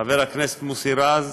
חבר הכנסת מוסי רז,